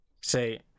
say